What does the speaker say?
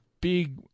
big